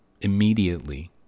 immediately